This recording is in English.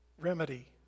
Remedy